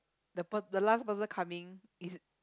the per~ the last person coming is